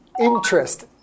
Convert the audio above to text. interest